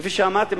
כפי שאמרתי,